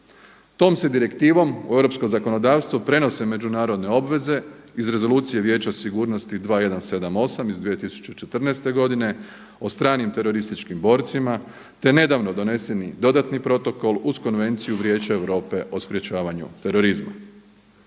Tom se direktivom u europsko zakonodavstvo prenose međunarodne obveze iz Rezolucije Vijeća sigurnosti 2178 iz 2014. godine o stranim terorističkim borcima, te nedavno doneseni dodatni protokol uz konvenciju Vijeća Europe o sprječavanju terorizma.